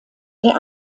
der